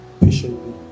patiently